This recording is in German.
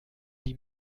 die